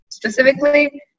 specifically